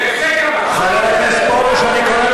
זה שקר.